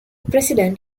president